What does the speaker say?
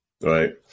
right